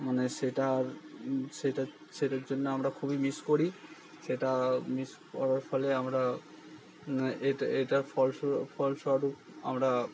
মানে সেটা আর সেটা সেটার জন্য আমরা খুবই মিস করি সেটা মিস করার ফলে আমরা এটার ফলস্বরূপ আমরা